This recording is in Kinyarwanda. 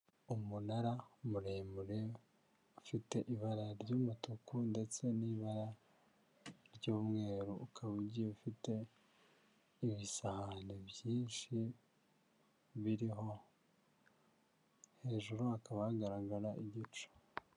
Umunara muremure ufite ibara ry'umutuku ndetse n'ibara ry'umweru, ukaba ugiye ufite ibisahani byinshi biriho hejuru hakaba hagaragara igicu.